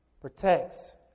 protects